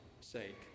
sake